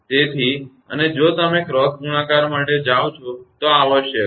તેથી અને જો તમે ક્રોસ ગુણાકાર માટે જાઓ છો તો આ આવશ્યક છે